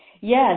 yes